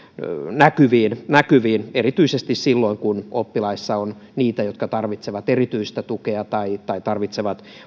näkyviin näkyviin erityisesti silloin kun oppilaissa on niitä jotka tarvitsevat erityistä tukea tai tai tarvitsevat